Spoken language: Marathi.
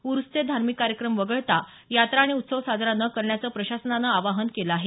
ऊर्सचे धार्मिक कार्यक्रम वगळता यात्रा आणि उत्सव साजरा न करण्याच प्रशासनानं आवाहन केलं आहे